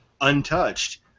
untouched